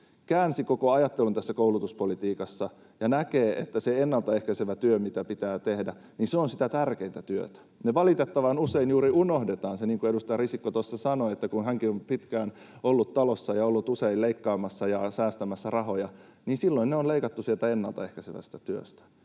käänsi koko ajattelun tässä koulutuspolitiikassa ja näkee, että se ennalta ehkäisevä työ, mitä pitää tehdä, on sitä tärkeintä työtä. Me valitettavan usein unohdetaan juuri se, niin kuin edustaja Risikko sanoi, että kun hänkin on pitkään ollut talossa ja ollut usein leikkaamassa ja säästämässä rahoja, niin silloin ne on leikattu sieltä ennalta ehkäisevästä työstä,